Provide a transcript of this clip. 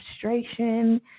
frustration